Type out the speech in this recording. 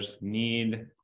need